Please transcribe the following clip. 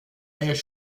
est